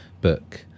book